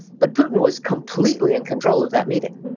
but putin was completely in control of that meeting